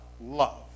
love